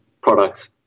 products